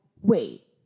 wait